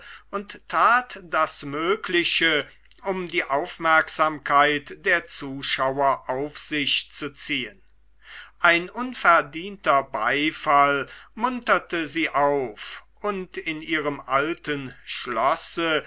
und tat das mögliche um die aufmerksamkeit der zuschauer auf sich zu ziehen ein unverdienter beifall munterte sie auf und in ihrem alten schlosse